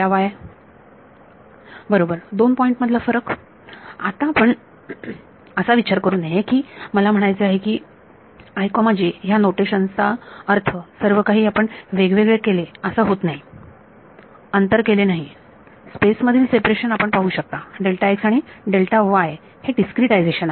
आपण आता असा विचार करू नये की मला म्हणायचे आहे की ह्या नोटेशन चा अर्थ सर्वकाही आपण वेगवेगळे केले असा होत नाही अंतर नाही केले स्पेस मधील सेपरेशन आपण पाहू शकता आणि हे डिस्क्रीटायझेशन आहे